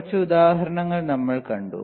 കുറച്ച് ഉദാഹരണങ്ങൾ നമ്മൾ കണ്ടു